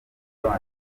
abana